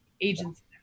agency